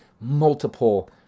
multiple